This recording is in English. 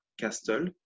castle